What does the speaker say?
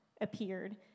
appeared